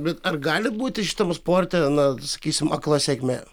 bet ar gali būti šitam sporte na sakysim akla sėkmė